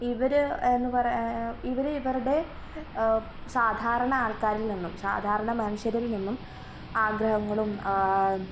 ഇവർ എന്നു പറയുക ഇവർ ഇവരുടെ സാധാരണ ആൾക്കാരിൽ നിന്നും സാധാരണ മനുഷ്യരിൽ നിന്നും ആഗ്രഹങ്ങളും